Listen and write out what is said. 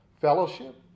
fellowship